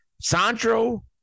Sandro